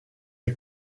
est